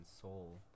soul